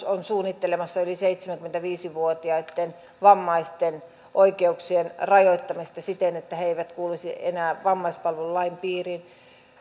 on suunnittelemassa yli seitsemänkymmentäviisi vuotiaitten vammaisten oikeuksien rajoittamista siten että he eivät kuuluisi enää vammaispalvelulain piiriin